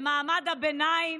במעמד הביניים,